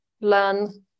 learn